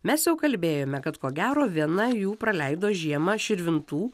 mes jau kalbėjome kad ko gero viena jų praleido žiemą širvintų